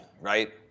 right